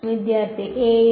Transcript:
വിദ്യാർത്ഥി aയുടെ